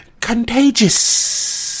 Contagious